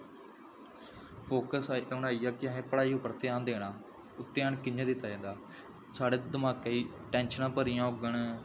focus इ'यै इक कि असें पढ़ाई पर ध्यान देना ओह् ध्यान कि'यां दित्ता जंदा साढ़े दमाकै ई टेंशनां भरियां होङन